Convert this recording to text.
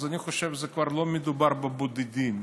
אז אני חושב שכבר לא מדובר בבודדים.